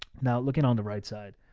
now, looking on the right side,